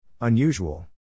Unusual